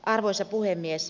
arvoisa puhemies